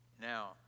Now